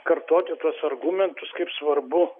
kartoti tuos argumentus kaip svarbu